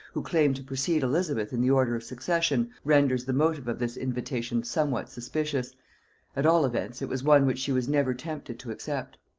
who claimed to precede elizabeth in the order of succession, renders the motive of this invitation somewhat suspicious at all events, it was one which she was never tempted to accept.